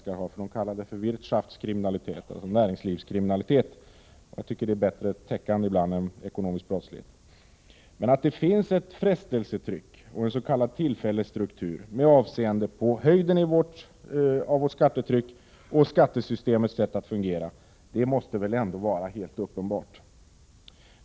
Man kallar denna brottslighet för Wirtschaftskriminalität, dvs. näringslivskriminalitet. Jag tycker att det begreppet är bättre täckande än uttrycket ekonomisk brottslighet. Men att det finns ett frestelsetryck och en s.k. tillfällesstruktur med avseende på höjden av skattetrycket och skattesystemets sätt att fungera måste väl ändå vara helt uppenbart.